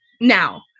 Now